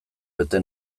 bete